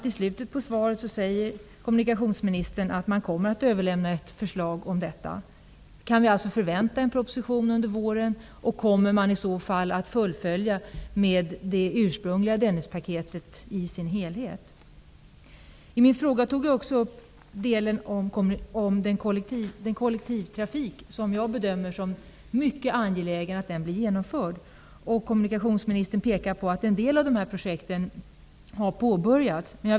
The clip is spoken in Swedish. I slutet av svaret säger kommunikationsministern att man kommer att överlämna ett förslag till riksdagen. Kan vi alltså förvänta en proposition under våren, och kommer man i så fall att fullfölja det ursprungliga Dennispaketet i dess helhet? I min fråga tog jag upp kollektivtrafikdelen i paketet. Jag bedömer det som mycket angeläget att den delen av Dennispaketet blir genomförd. Kommunikationsministern påpekar att en del av projekten har påbörjats.